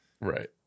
Right